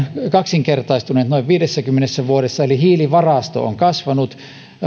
kaksinkertaistuneet noin viidessäkymmenessä vuodessa eli hiilivarasto on kasvanut